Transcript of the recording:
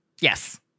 Yes